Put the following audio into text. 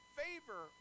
favor